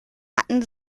hatten